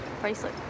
bracelet